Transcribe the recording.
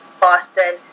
Boston